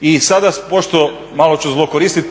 I sada pošto, malo ću zlokoristit, …